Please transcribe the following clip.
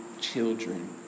children